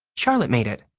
charlotte made it,